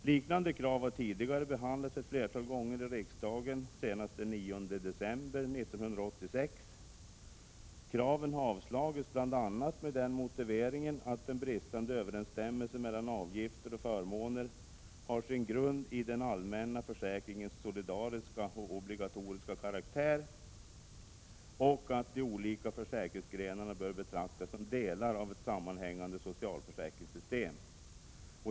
Liknande krav har tidigare behandlats ett flertal gånger i riksdagen, senast den 9 december 1986. Kraven har avslagits bl.a. med motiveringen att den bristande överensstämmelsen mellan avgifter och förmåner har sin grund i den allmänna försäkringens solidariska och obligatoriska karaktär och att de olika försäkringsgrenarna bör betraktas som delar av ett sammanhängande socialförsäkringssystem.